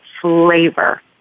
flavor